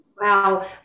Wow